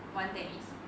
玩 tennis